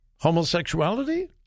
homosexuality